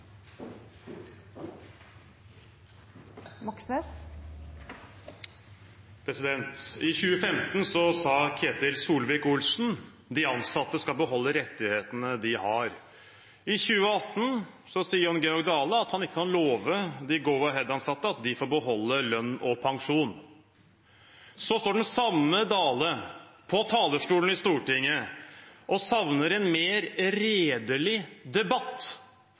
I 2015 sa Ketil Solvik-Olsen at de ansatte skal beholde rettighetene de har. I 2018 sier Jon Georg Dale at han ikke kan love de Go-Ahead-ansatte at de får beholde lønn og pensjon. Så står den samme Dale på talerstolen i Stortinget og savner en mer redelig debatt